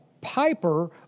Piper